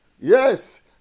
Yes